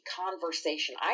conversation